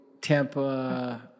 Tampa